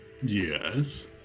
Yes